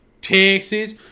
Texas